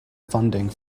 funding